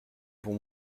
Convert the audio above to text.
pour